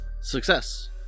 Success